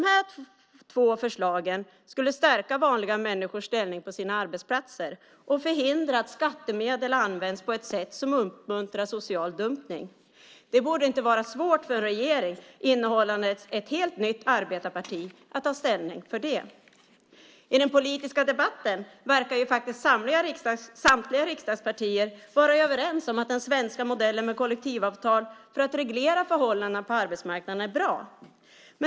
De här två förslagen skulle stärka vanliga människors ställning på sina arbetsplatser och förhindra att skattemedel används på ett sätt som uppmuntrar social dumpning. Det borde inte vara svårt för en regering innehållande ett helt nytt arbetarparti att ta ställning för det. I den politiska debatten verkar samtliga riksdagspartier vara överens om att den svenska modellen med kollektivavtal för att reglera förhållandena på arbetsmarknaden är bra.